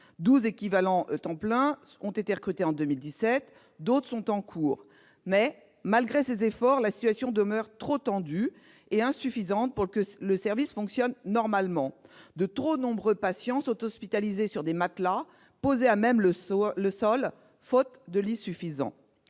équivalents temps pleins ont été recrutés en 2017 et d'autres recrutements sont en cours. Malgré ces efforts, la situation demeure trop tendue et insuffisante pour que le service fonctionne normalement. De trop nombreux patients sont hospitalisés sur des matelas posés à même le sol, faute de lits en